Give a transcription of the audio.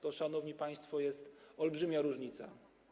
To, szanowni państwo, jest olbrzymia różnica.